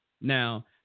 Now